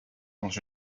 dans